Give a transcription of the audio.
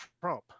Trump